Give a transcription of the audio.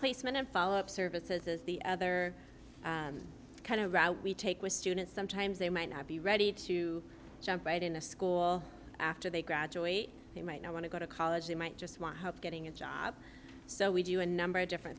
placement and follow up services is the other kind of route we take with students sometimes they might not be ready to jump right in a school after they graduate they might not want to go to college they might just want help getting a job so we do a number of different